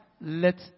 Let